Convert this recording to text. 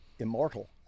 Immortal